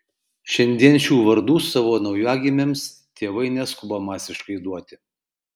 šiandien šių vardų savo naujagimiams tėvai neskuba masiškai duoti